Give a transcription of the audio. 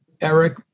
Eric